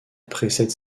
précèdent